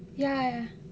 ya